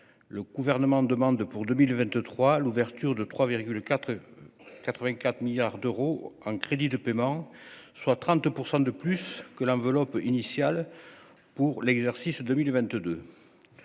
le gouvernement demande pour 2023, à l'ouverture de 3 4 84 milliards d'euros en crédits de paiement, soit 30 % de plus que l'enveloppe initiale pour l'exercice 2022,